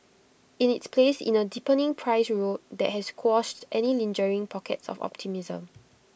in its place in A deepening price rout that has quashed any lingering pockets of optimism